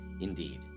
Indeed